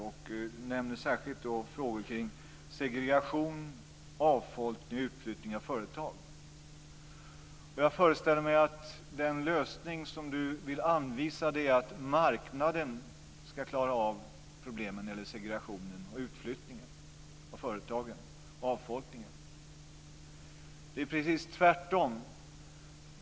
Han nämner särskilt frågor kring segregation, avfolkning och utflyttning av företag. Jag föreställer mig att den lösning Gunnar Hökmark vill anvisa är att marknaden ska klara av problemen, segregationen, utflyttningen av företagen och avfolkningen. Det är precis tvärtom.